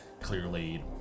clearly